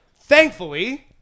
Thankfully